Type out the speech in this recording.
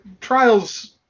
trials